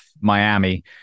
miami